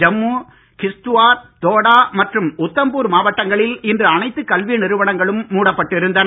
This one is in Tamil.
ஜம்மு கிஷ்த்துவார் தோடா மற்றும் உத்தம்பூர் மாவட்டங்களில் இன்று அனைத்து கல்வி நிறுவனங்களும் மூடப்பட்டு இருந்தன